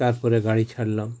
তার পরে গাড়ি ছাড়লাম